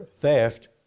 theft